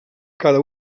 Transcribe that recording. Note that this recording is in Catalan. cada